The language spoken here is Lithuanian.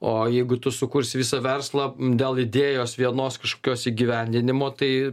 o jeigu tu sukursi visą verslą dėl idėjos vienos kažkokios įgyvendinimo tai